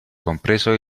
compreso